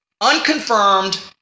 unconfirmed